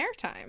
airtime